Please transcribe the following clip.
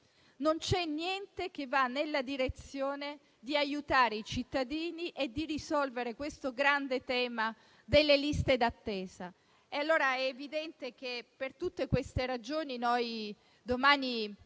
Non c'è niente qui che vada nella direzione di aiutare i cittadini e di risolvere questo grande tema delle liste d'attesa. È evidente che, per tutte queste ragioni, noi domani